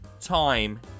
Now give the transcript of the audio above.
time